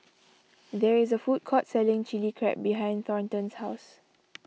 there is a food court selling Chili Crab behind Thornton's house